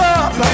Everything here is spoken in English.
up